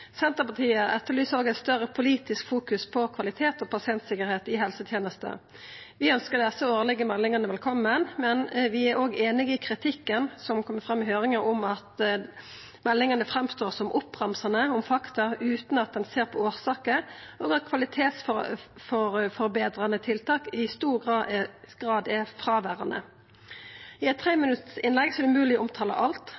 Senterpartiet etterlyser òg meir politisk fokus på kvalitet og pasienttryggleik i helsetenesta. Vi ønskjer desse årlege meldingane velkomne, men vi er òg einige i kritikken som har kome fram i høyringane om at meldingane syner seg som oppramsande om fakta utan at ein ser på årsaker, og at kvalitetsforbetrande tiltak i stor grad er fråverande. I eit